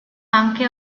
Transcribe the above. anche